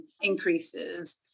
increases